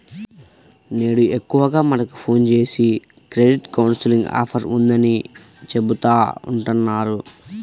నేడు ఎక్కువగా మనకు ఫోన్ జేసి క్రెడిట్ కౌన్సిలింగ్ ఆఫర్ ఉందని చెబుతా ఉంటన్నారు